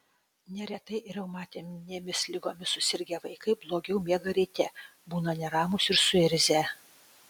neretai reumatinėmis ligomis susirgę vaikai blogiau miega ryte būna neramūs ir suirzę